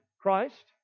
Christ